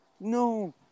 No